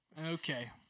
Okay